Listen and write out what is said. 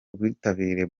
ubwitabire